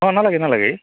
অঁ নালাগে নালাগে